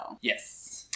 Yes